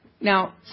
Now